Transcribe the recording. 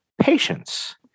Patience